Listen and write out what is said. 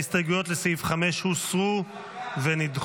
ההסתייגויות לסעיף 5 הוסרו ונדחו.